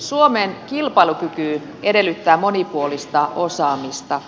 suomen kilpailukyky edellyttää monipuolista osaamista